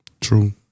True